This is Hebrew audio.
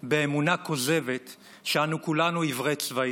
באמונה כוזבת שאנו כולנו עיוורי צבעים,